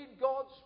God's